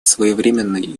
своевременной